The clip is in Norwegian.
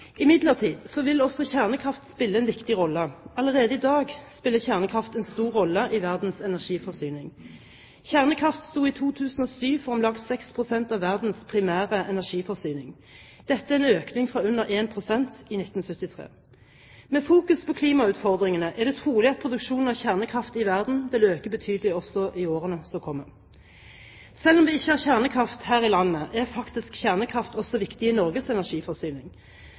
Imidlertid vil også kjernekraft spille en viktig rolle. Allerede i dag spiller kjernekraft en stor rolle i verdens energiforsyning. Kjernekraft sto i 2007 for om lag 6 pst. av verdens primære energiforsyning. Dette er en økning fra under 1 pst. i 1973. Med fokus på klimautfordringen er det trolig at produksjonen av kjernekraft i verden vil øke betydelig også i årene som kommer. Selv om vi ikke har kjernekraftverk her i landet, er faktisk kjernekraft også viktig i Norges energiforsyning.